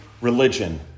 religion